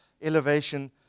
elevation